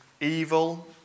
evil